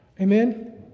Amen